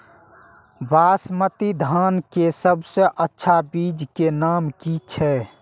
बासमती धान के सबसे अच्छा बीज के नाम की छे?